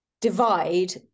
divide